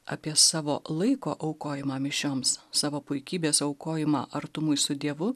apie savo laiko aukojimą mišioms savo puikybės aukojimą artumui su dievu